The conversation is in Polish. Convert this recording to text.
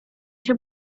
się